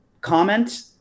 comment